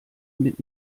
mit